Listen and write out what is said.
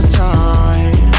time